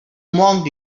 monk